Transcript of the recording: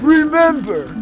Remember